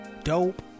dope